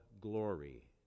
glory